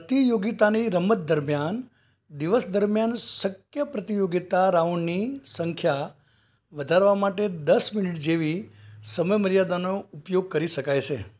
પ્રતિયોગિતાની રમત દરમિયાન દિવસ દરમિયાન શક્ય પ્રતિયોગિતા રાઉન્ડની સંખ્યા વધારવા માટે દસ મિનિટ જેવી સમય મર્યાદાનો ઉપયોગ કરી શકાય છે